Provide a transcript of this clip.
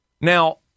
Now